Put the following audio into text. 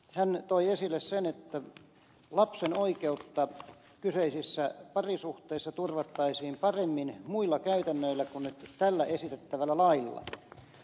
hän toi esille sen että lapsen oikeutta kyseisissä parisuhteissa turvattaisiin paremmin muilla käytännöillä kuin tällä esitettävällä lailla